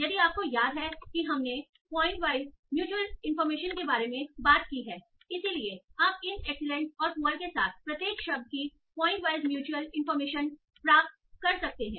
यदि आपको याद है कि हमने पॉइंट वाइज म्यूच्यूअल इंफॉर्मेशन के बारे में बात की है इसलिए आप इन एक्सीलेंट और पुअर के साथ प्रत्येक शब्द की पॉइंट वाइज म्यूच्यूअल इंफॉर्मेशन प्राप्त कर सकते हैं